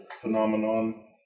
phenomenon